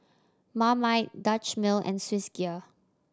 Marmite Dutch Mill and Swissgear